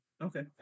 Okay